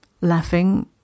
laughing